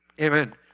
Amen